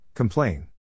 Complain